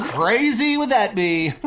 crazy would that be?